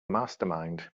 mastermind